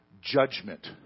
judgment